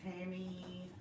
Tammy